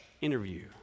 interview